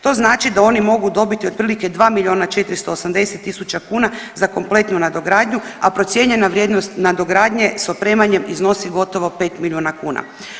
To znači da oni mogu dobiti otprilike mogu dobiti 2 miliona 480 tisuća kuna za kompletnu nadogradnju, a procijenjena vrijednost nadogradnje s opremanjem iznosi gotovo 5 miliona kuna.